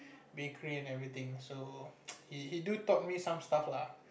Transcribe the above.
bakery and everything so he do taught me some stuff lah